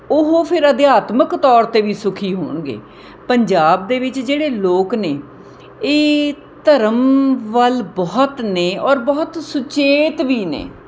ਉਹ ਫ਼ਿਰ ਅਧਿਆਤਮਿਕ ਤੌਰ 'ਤੇ ਵੀ ਸੁਖੀ ਹੋਣਗੇ ਪੰਜਾਬ ਦੇ ਵਿੱਚ ਜਿਹੜੇ ਲੋਕ ਨੇ ਇਹ ਧਰਮ ਵੱਲ ਬਹੁਤ ਨੇ ਔਰ ਬਹੁਤ ਸੁਚੇਤ ਵੀ ਨੇ